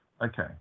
Okay